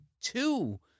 two